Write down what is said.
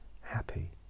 happy